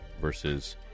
versus